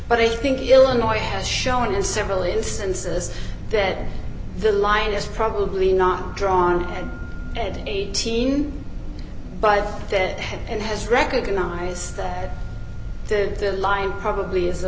but i think illinois has shown in several instances that the line is probably not drawn and eighteen but if it had and has recognize that the line probably is a